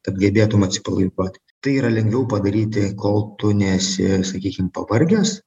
kad gebėtum atsipalaiduot tai yra lengviau padaryti kol tu nesi sakykim pavargęs